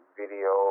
video